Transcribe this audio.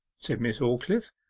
said miss aldclyffe,